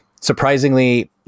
Surprisingly